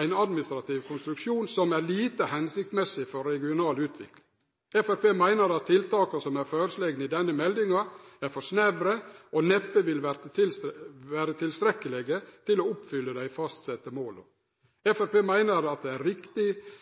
ein administrativ konstruksjon som er lite formålstenleg for regional utvikling. Framstegspartiet meiner at tiltaka som er føreslegne i denne meldinga, er for snevre, og neppe vil vere tilstrekkelege til å oppfylle dei fastsette måla. Framstegspartiet meiner at det riktige verkemiddelet for å oppnå meir robuste kommunar, er